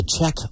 check